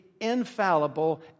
infallible